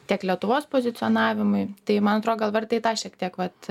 tiek lietuvos pozicionavimui tai man atrodo gal verta į tą šiek tiek vat